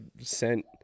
sent